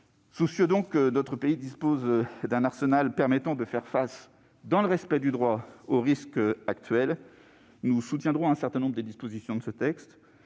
Soucieux que notre pays dispose d'un arsenal permettant de faire face, dans le respect du droit, aux risques actuels, nous soutiendrons certaines dispositions de ce texte